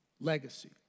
legacy